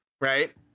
Right